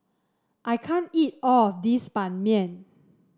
I can't eat all of this Ban Mian